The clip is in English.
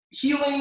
Healing